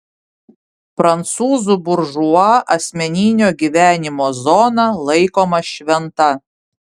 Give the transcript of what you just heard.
prancūzų buržua asmeninio gyvenimo zona laikoma šventa